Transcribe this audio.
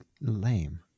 lame